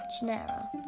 genera